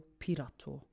pirato